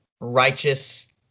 righteous